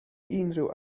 unrhyw